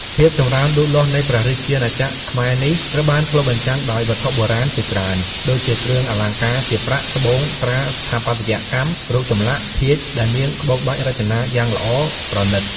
ភាពចម្រើនលូតលាស់នៃព្រះរាជាណាចក្រខ្មែរនេះ ត្រូវបានឆ្លុះបញ្ចាំងដោយ វត្ថុបុរាណជាច្រើន ដូចជាគ្រឿងអលង្ការជា ប្រាក់ ត្បូង ត្រា ស្ថាបត្យកម្ម រូបចម្លាក់ ភាជន៍ ដែលមាន ក្បូរក្បាច់រចនាយ៉ាងល្អប្រណិត ។